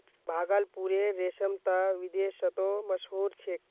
भागलपुरेर रेशम त विदेशतो मशहूर छेक